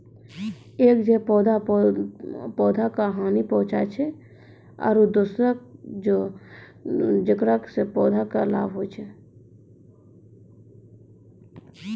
एक जे पौधा का हानि पहुँचाय छै आरो दोसरो हौ जेकरा सॅ पौधा कॅ लाभ होय छै